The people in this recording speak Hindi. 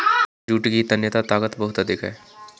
जूट की तन्यता ताकत बहुत अधिक है